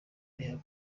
ibyo